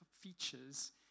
features